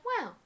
wow